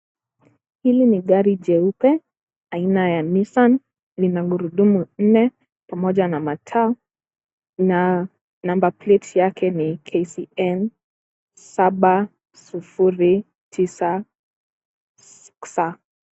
Hili ni gari jeupe aina ya Nissan. Lina gurudumu nne pamoja na mataa na number plate yake ni KCN 709.